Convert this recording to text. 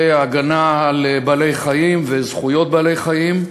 ההגנה על בעלי-חיים וזכויות בעלי-חיים.